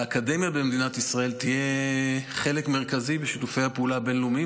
שהאקדמיה במדינת ישראל תהיה חלק מרכזי בשיתופי הפעולה הבין-לאומיים.